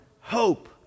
hope